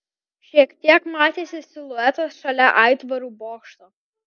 šiek tiek matėsi siluetas šalia aitvarų bokšto